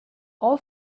all